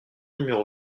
numéro